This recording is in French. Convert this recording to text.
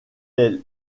est